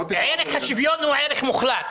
ערך השוויון הוא ערך מוחלט,